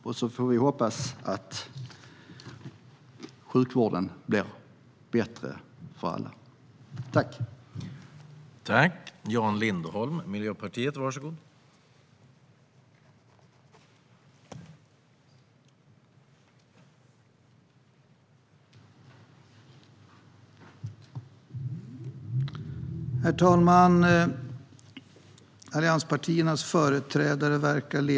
Vi får hoppas att sjukvården blir bättre för alla.